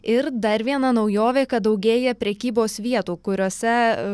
ir dar viena naujovė kad daugėja prekybos vietų kuriose